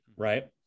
Right